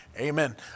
Amen